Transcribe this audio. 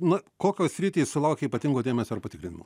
na kokios sritys sulaukia ypatingo dėmesio ar patikrinimų